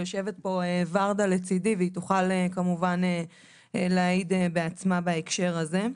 יושבת פה ורדה לצדי והיא תוכל כמובן להעיד בעצמה בהקשר הזה.